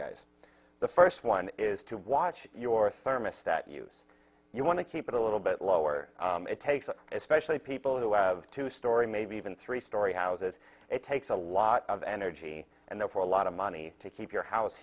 guys the first one is to watch your thermostat use you want to keep it a little bit lower it takes especially people who have two story maybe even three story houses it takes a lot of energy and therefore a lot of money to keep your house